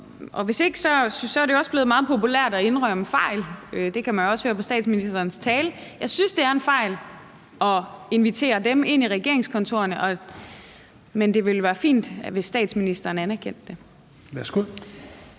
på. Hvis ikke, er det jo også blevet meget populært at indrømme fejl, og det kunne man også høre i statsministerens tale. Jeg synes, det er en fejl at invitere dem ind i regeringskontorerne, men det ville være fint, hvis statsministeren anerkendte det.